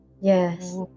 Yes